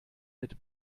mit